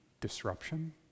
Disruption